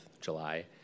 July